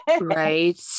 Right